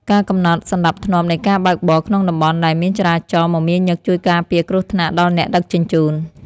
ការកំណត់សណ្ដាប់ធ្នាប់នៃការបើកបរក្នុងតំបន់ដែលមានចរាចរណ៍មមាញឹកជួយការពារគ្រោះថ្នាក់ដល់អ្នកដឹកជញ្ជូន។